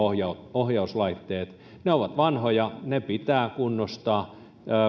ohjauslaitteet ne ovat vanhoja ne pitää kunnostaa